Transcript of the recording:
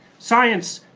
science,